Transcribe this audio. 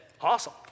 Awesome